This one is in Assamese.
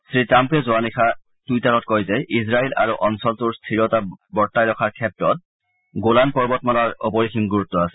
শ্ৰীট্ৰাম্পে যোৱা নিশা টুইটাৰত কয় যে ইজৰাইল আৰু অঞ্চলটোৰ স্থিৰতা বৰ্তাই ৰখাৰ ক্ষেত্ৰত গোলান পৰ্বতমালাৰ অপৰিসীম গুৰুত্ব আছে